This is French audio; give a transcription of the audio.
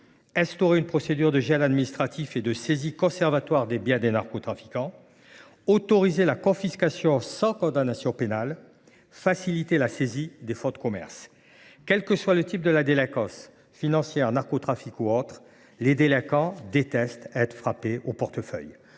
instaurer une procédure de gel administratif et de saisie conservatoire des biens des narcotrafiquants ; autoriser la confiscation sans condamnation pénale ; faciliter la saisie des fonds de commerce. Quels que soient les méfaits commis – délinquance financière, narcotrafic, etc. –, les délinquants détestent être frappés au portefeuille.